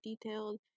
detailed